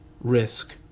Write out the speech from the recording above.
risk